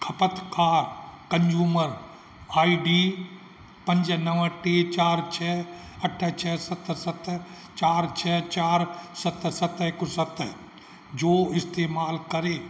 ख़पतकारु consumer I D पंज नव टे चारि छ अठ छ सत सत चारि छ चारि सत सत हिकु सत जो इस्तमालु करे